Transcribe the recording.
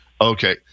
Okay